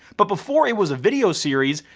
but before it was a video series,